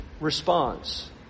response